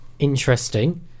Interesting